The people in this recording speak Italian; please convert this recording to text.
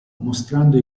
mostrando